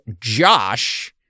JOSH